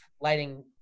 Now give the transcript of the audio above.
lighting